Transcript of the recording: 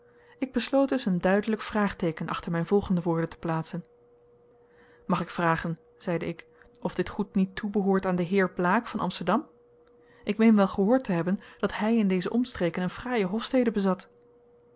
ik besloot dus een duidelijk vraagteeken achter mijn volgende woorden te plaatsen mag ik vragen zeide ik of dit goed niet toebehoort aan den heer blaek van amsterdam ik meen wel gehoord te hebben dat hij in deze omstreken een fraaie hofstede bezat